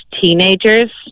teenagers